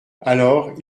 alors